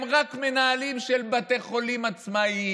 הם רק מנהלים של בתי חולים עצמאיים.